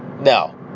No